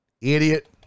Idiot